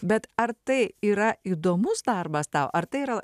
bet ar tai yra įdomus darbas tau ar tai yra